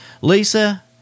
Lisa